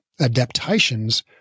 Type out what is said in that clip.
Adaptations